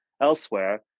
elsewhere